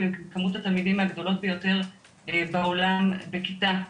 כמות התלמידים מהגדולות בעולם בכיתה.